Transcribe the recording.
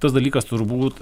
tas dalykas turbūt